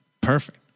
Perfect